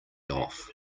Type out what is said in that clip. off